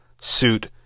suit